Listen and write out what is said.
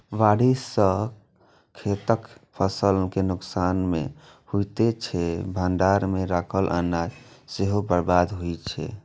बाढ़ि सं खेतक फसल के नुकसान तं होइते छै, भंडार मे राखल अनाज सेहो बर्बाद होइ छै